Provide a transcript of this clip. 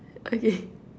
okay